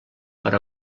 per